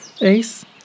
ace